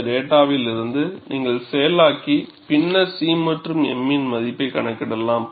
அந்தத் டேட்டாவிலிருந்து நீங்கள் செயலாக்கி பின்னர் C மற்றும் m இன் மதிப்பைக் கணக்கிடலாம்